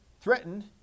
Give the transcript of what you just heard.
threatened